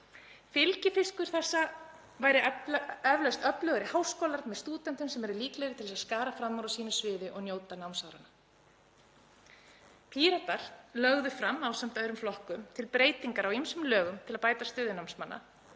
Fylgifiskur þessa væri eflaust öflugri háskólar með stúdentum sem eru líklegri til að skara fram úr á sínu sviði og njóta námsáranna. Píratar lögðu fram ásamt öðrum flokkum breytingar á ýmsum lögum til að bæta stöðu námsmanna.